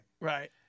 Right